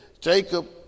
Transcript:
Jacob